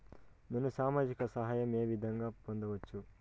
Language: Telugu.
నేను సామాజిక సహాయం వే విధంగా పొందొచ్చు?